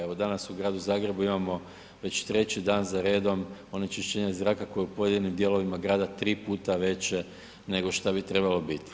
Evo danas u gradu Zagrebu imamo već treći dan zaredom onečišćenja zraka koje je u pojedinim dijelovima grada tri puta veće nego šta bi trebalo biti.